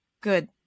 good